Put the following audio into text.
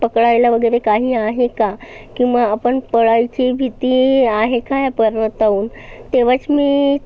पकडायला वगैरे काही आहे का किंवा आपण पडायची भीती आहे का या पर्वताहून तेव्हाच मी